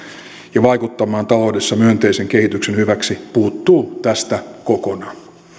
ja vaikuttamaan taloudessa myönteisen kehityksen hyväksi puuttuu tästä kokonaan